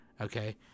okay